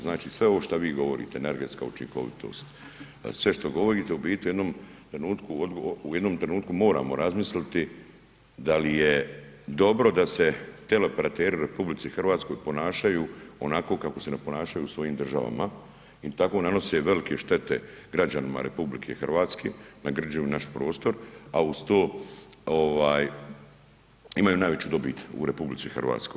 Znači sve ovo šta vi govorite, energetska učinkovitost, sve što govorite u biti u jednom trenutku moramo razmisliti da li je dobro da se teleoperateri u RH ponašaju onako kako se ne ponašaju u svojim državama i tako nanose velike štete građanima RH, nagrđuju naš prostor, a uz to ovaj imaju najveću dobit u RH.